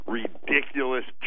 ridiculous